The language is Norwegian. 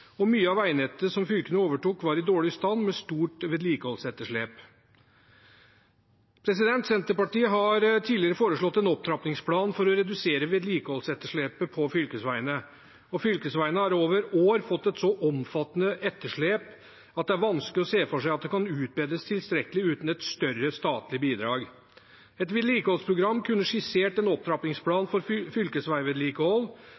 og vedlikehold høyt, og mye av veinettet som fylkene overtok, var i dårlig stand, med et stort vedlikeholdsetterslep. Senterpartiet har tidligere foreslått en opptrappingsplan for å redusere vedlikeholdsetterslepet på fylkesveiene, og fylkesveiene har over år fått et så omfattende etterslep at det er vanskelig å se for seg at det kan utbedres tilstrekkelig uten et større statlig bidrag. Et vedlikeholdsprogram kunne skissert en